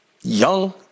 young